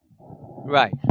Right